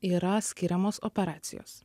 yra skiriamos operacijos